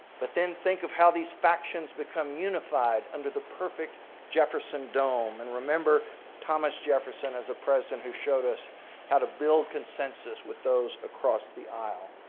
but then think of how these factions become unified under the perfect jefferson dome. and remember thomas jefferson as a president who showed us how to build consensus with those across the aisle.